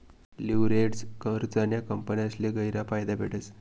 leveraged कर्जना कंपन्यासले गयरा फायदा भेटस